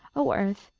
o earth,